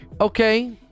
Okay